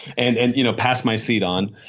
and and you know pass my seed on.